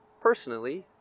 personally